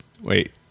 Wait